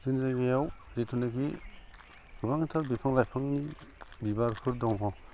जोंनि जायगायाव जितुनिकि गोबांथार बिफां लाइफां बिबारफोर दङ